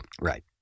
Right